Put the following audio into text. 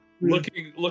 looking